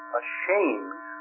ashamed